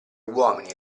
uomini